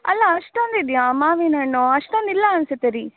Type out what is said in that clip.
ಅಲ್ಲ ಅಷ್ಟೊಂದು ಇದೆಯಾ ಮಾವಿನಹಣ್ಣು ಅಷ್ಟೊಂದು ಇಲ್ಲ ಅನ್ನಿಸುತ್ತೆ ರೀ